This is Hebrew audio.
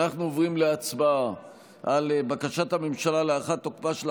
אנחנו עוברים להצבעה על בקשת הממשלה להארכת תוקפה של